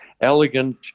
elegant